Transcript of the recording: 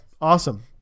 Awesome